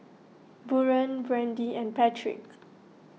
Buren Brandy and Patrick